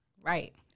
Right